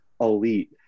elite